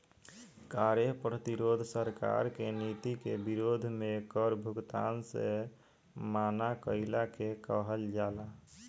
कार्य प्रतिरोध सरकार के नीति के विरोध में कर भुगतान से मना कईला के कहल जाला